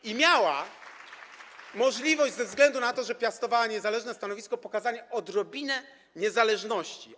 I miała możliwość, ze względu na to, że piastowała niezależne stanowisko, pokazania odrobiny niezależności.